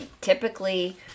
typically